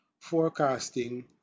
forecasting